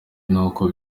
nk’uko